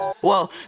Whoa